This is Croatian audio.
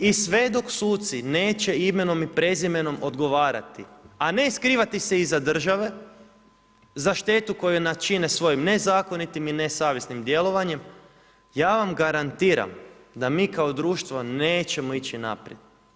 I sve dok suci neće imenom i prezimenom odgovarati, a ne skrivati se iza države za štetu koju načine svojim nezakonitim i nesavjesnim djelovanjem, ja vam garantiram da mi kao društvo nećemo ići naprijed.